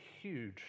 huge